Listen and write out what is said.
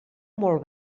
molt